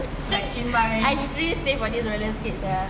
I literally save for this roller skate sia